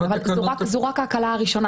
אבל זו רק ההקלה הראשונה,